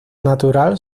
natural